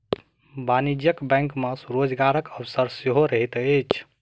वाणिज्यिक बैंक मे रोजगारक अवसर सेहो रहैत छै